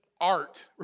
art